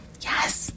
Yes